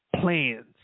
plans